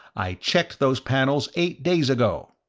i checked those panels eight days ago!